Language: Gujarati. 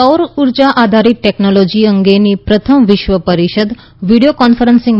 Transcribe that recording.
સૌરઉર્જા આધારીત ટેકનોલોજી અંગેની પ્રથમ વિશ્વ પરિષદ વિડીયો કોન્ફરન્સિંગ